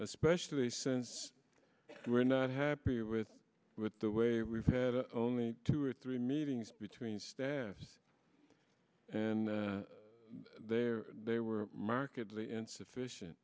especially since we're not happy with with the way we've had only two or three meetings between staffs and there they were markedly insufficient